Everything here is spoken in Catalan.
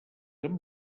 amb